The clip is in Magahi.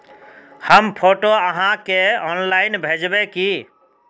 हम फोटो आहाँ के ऑनलाइन भेजबे की?